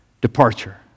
departure